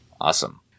Awesome